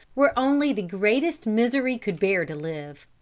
where only the greatest misery could bear to live.